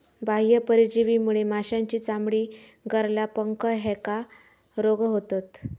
बाह्य परजीवीमुळे माशांची चामडी, गरला, पंख ह्येका रोग होतत